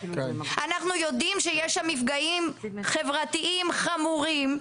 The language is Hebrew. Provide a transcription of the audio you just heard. אנחנו יודעים שיש שם מפגעים חברתיים חמורים,